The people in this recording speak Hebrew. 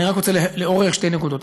אני רק רוצה לעורר שתי נקודות.